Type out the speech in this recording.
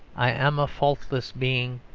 i am a faultless being,